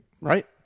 Right